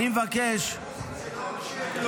חבר הכנסת ביטון,